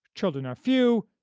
children are few,